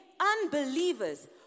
unbelievers